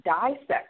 dissect